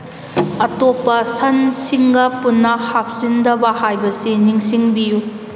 ꯑꯇꯣꯞꯄ ꯁꯟꯁꯤꯡꯒ ꯄꯨꯟꯅ ꯍꯥꯞꯆꯤꯟꯗꯕ ꯍꯥꯏꯕꯁꯤ ꯅꯤꯡꯁꯤꯡꯕꯤꯌꯨ